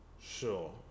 Sure